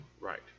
Right